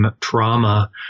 trauma